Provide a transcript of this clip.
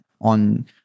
on